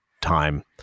time